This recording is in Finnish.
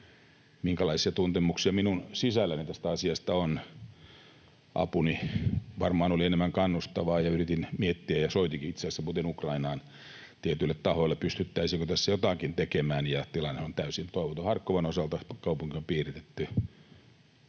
minkälaisia tuntemuksia minun sisälläni tästä asiasta on. Apuni varmaan oli enemmän kannustavaa, ja yritin miettiä, ja soitinkin itse asiassa muuten Ukrainaan tietyille tahoille, pystyttäisiinkö tässä jotakin tekemään. Tilannehan on täysin toivoton Harkovan osalta: kaupunki on piiritetty.